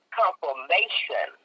confirmation